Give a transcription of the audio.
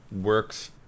works